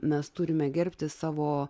mes turime gerbti savo